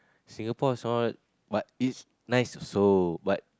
Singapore is hot but it's nice also but